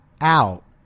out